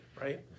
right